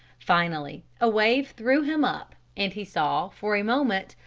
finally a wave threw him up and he saw, for a moment,